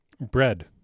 Bread